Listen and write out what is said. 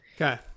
Okay